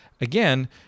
again